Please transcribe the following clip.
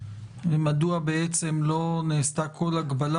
ומדוע בעצם לא נעשתה כל הגבלה.